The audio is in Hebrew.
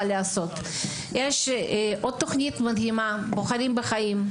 יש עוד תוכנית מדהימה "בוחרים בחיים",